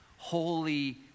Holy